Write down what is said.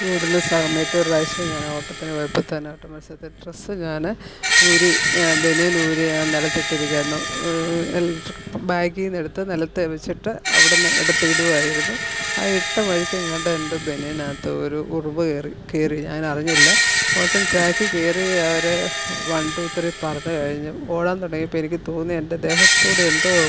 ഓടുന്ന സമയത്തൊരു പ്രാവശ്യം ഞാ ഓട്ടത്തിന് പോയപ്പോൾ തന്നെ ഓട്ട മത്സരത്തിൽ ഡ്രസ്സ് ഞാൻ ഊരി ആ ബനിയനൂരി ആ നിലത്തിട്ടിരിക്കയായിരുന്നു എന്നിട്ടിപ്പം ബാഗീന്നെടുത്ത് നിലത്ത് വെച്ചിട്ട് അവിടുന്ന് എടുത്തിടുവായിരുന്നു ആ ഇട്ട വഴിക്കെങ്ങാണ്ടെൻ്റെ ബനിയനാത്തൊരു ഉറുമ്പ് കയറി കയറി ഞാനറിഞ്ഞില്ല ഓടാൻ ട്രാക്കി കയറി അവർ വൺ ടു ത്രീ പറഞ്ഞ് കഴിഞ്ഞ് ഓടാൻ തുടങ്ങിയപ്പോൾ എനിക്ക് തോന്നി എൻ്റെ ദേഹത്തൂടെ എന്തോ